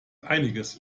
einiges